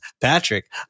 Patrick